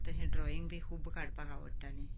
म्हाका तशें ड्रॉईंग बी खूब काडपाक आवडटालें